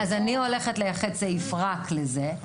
אז אני הולכת לייחד סעיף רק לזה,